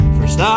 First